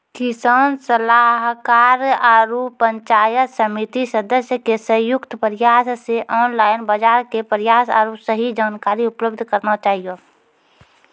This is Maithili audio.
किसान सलाहाकार आरु पंचायत समिति सदस्य के संयुक्त प्रयास से ऑनलाइन बाजार के प्रसार आरु सही जानकारी उपलब्ध करना चाहियो?